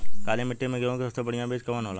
काली मिट्टी में गेहूँक सबसे बढ़िया बीज कवन होला?